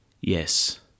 Yes